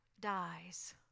dies